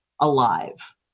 alive